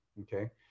okay